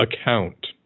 account